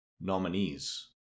nominees